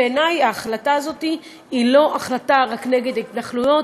בעיני ההחלטה הזאת היא לא החלטה רק נגד התנחלויות,